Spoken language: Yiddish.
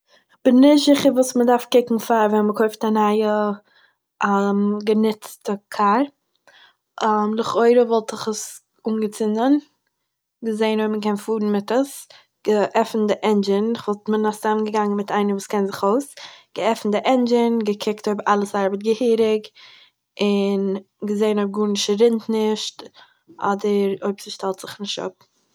כ'בין נישט זיכער וואס מ'דארף קוקן פאר מען קויפט א נייע געניצטע קאר, לכאורה, וואלט איך עס אנגעצינדן, געזעהן אויב מ'קען פארן מיט עס, געעפענט די ענדזשין, כ'וואלט מן הסתם געגאנגען מיט איינער וואס קען זיך אויס, געעפענט די ענדזשין און געקוקט אויב אלעס ארבעט געהעריג, און געזעהן אויב גארנישט ס'רינט נישט אדער אויב ס'שטעלט זיך נישט אפ